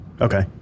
Okay